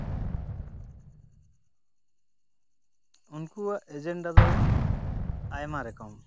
ᱩᱱᱠᱩᱣᱟᱜ ᱮᱡᱮᱱᱰᱟ ᱫᱚ ᱟᱭᱢᱟ ᱨᱚᱠᱚᱢ